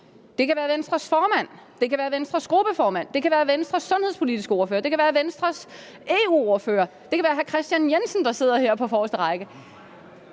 det kan være Venstres formand, det kan være Venstres gruppeformand, det kan være Venstres sundhedspolitiske ordfører, det kan være Venstres EU-ordfører, det kan være hr. Kristian Jensen, der sidder her på forreste række,